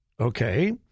okay